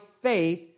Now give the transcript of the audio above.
faith